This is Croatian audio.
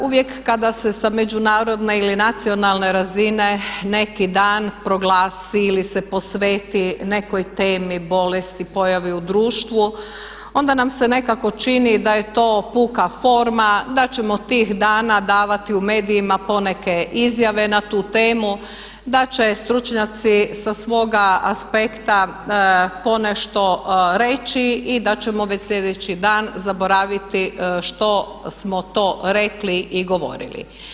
Uvijek kada se sa međunarodne ili nacionalne razine neki dan proglasi ili se posveti nekoj temi, bolesti, pojavi u društvu, onda nam se nekako čini da je to puka forma, da ćemo tih dana davati u medijima poneke izjave na tu temu, da će stručnjaci sa svoga aspekta ponešto reći i da ćemo već sljedeći dan zaboraviti što smo to rekli i govorili.